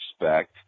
expect